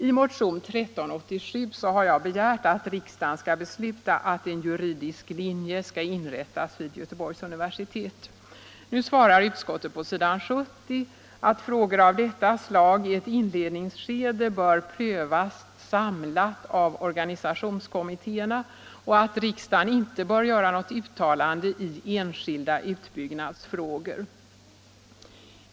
I motion 1387 har jag begärt att riksdagen skall besluta att en juridisk linje skall inrättas vid Göteborgs universitet. Nu svarar utskottet på s. 70 att frågor av detta slag i ett inledningsskede bör prövas samlat av organisationskommittéerna och att riksdagen inte bör göra något uttalande i enskilda utbyggnadsfrågor.